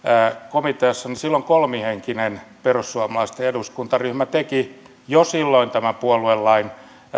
komiteassa silloin kolmihenkinen perussuomalaisten eduskuntaryhmä teki jo silloin tämän puoluelain